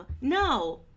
no